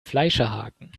fleischerhaken